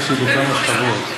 יש כמה שכבות.